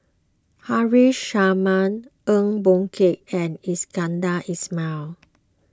Haresh Sharma Eng Boh Kee and Iskandar Ismail